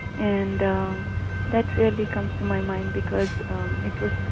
and that clearly comes to my mind because it was